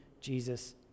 Jesus